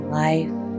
life